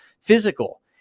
physical